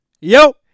yo